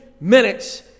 minutes